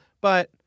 but-